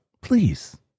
Please